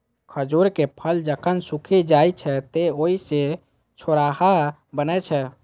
खजूरक फल जखन सूखि जाइ छै, तं ओइ सं छोहाड़ा बनै छै